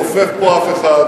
התקציב מדבר בעד עצמו.